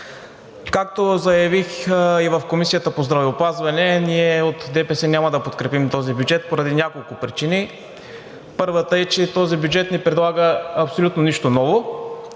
Както заявих и в Комисията по здравеопазване, ние от ДПС няма да подкрепим този бюджет поради няколко причини. Първата е, че този бюджет не предлага абсолютно нищо ново.